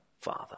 Father